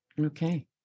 Okay